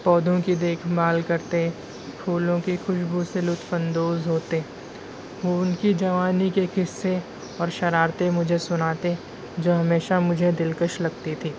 پودوں کی دیکھ بھال بھی کرتے پھولوں کی خوشبو سے لطف اندوز ہوتے ان کی جوانی کے قصے اور شرارتیں مجھے سناتے جو ہمیشہ مجھے دلکش لگتی تھیں